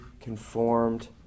conformed